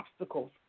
obstacles